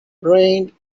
rained